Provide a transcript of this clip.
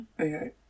Okay